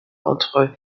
entre